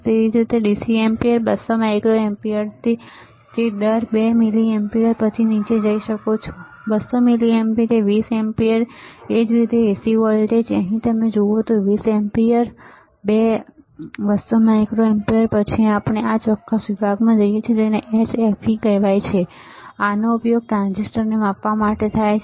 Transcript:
એ જ રીતે DC ampere 200 માઇક્રોએમ્પીયરથી તે દર 2 મિલીએમ્પીયર પછી તમે નીચે જઈ શકો છો 200 મિલિએમ્પીયર 20 એમ્પીયર એ જ રીતે એસી વોલ્ટેજ અહીં તમે જુઓ છો 20 એમ્પીયર 2 200 માઇક્રોએમ્પીયર પછી આપણે આ ચોક્કસ વિભાગમાં જઈએ છીએ જેને HFE કહેવાય છે આનો ઉપયોગ ટ્રાંઝિસ્ટરને માપવા માટે થાય છે